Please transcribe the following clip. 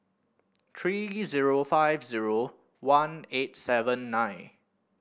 three zero five zero one eight seven nine